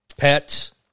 Pets